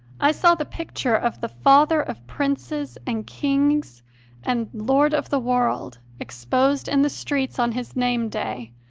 i saw the picture of the father of princes and kings and lord of the world exposed in the streets on his name-day,